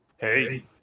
Hey